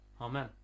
Amen